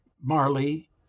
Marley